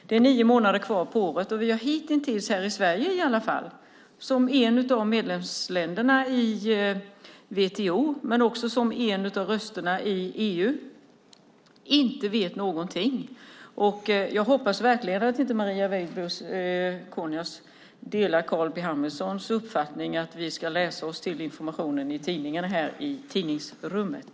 Det är nio månader kvar på året, och vi i Sverige, som ett av medlemsländerna i WTO och som en av rösterna i EU, vet hitintills ingenting. Jag hoppas verkligen att Marie Weibull Kornias inte delar Carl B Hamiltons uppfattning att vi ska läsa oss till informationen i tidningarna i tidningsrummet.